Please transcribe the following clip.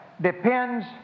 depends